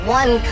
one